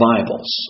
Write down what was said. Bibles